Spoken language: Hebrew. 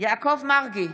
יעקב מרגי,